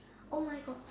oh my God